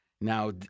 Now